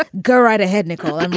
ah go right ahead, nicole. and